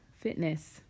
Fitness